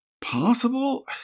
possible